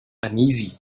uneasy